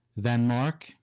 Denmark